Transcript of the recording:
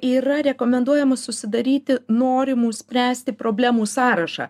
yra rekomenduojama susidaryti norimų spręsti problemų sąrašą